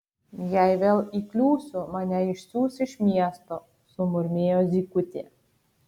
jei vėl įkliūsiu mane išsiųs iš miesto sumurmėjo zykutė